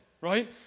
right